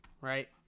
right